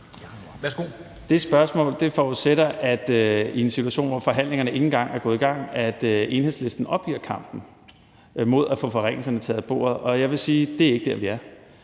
Det spørgsmål forudsætter i en situation, hvor forhandlingerne ikke engang er gået i gang, at Enhedslisten opgiver kampen om at få forringelserne taget af bordet, og jeg vil sige, at det ikke er der, vi er.